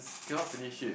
cannot finish it